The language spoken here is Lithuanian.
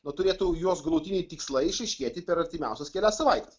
nu turėtų jos galutiniai tikslai išaiškėti per artimiausias kelias savaites